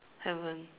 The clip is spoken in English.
haven't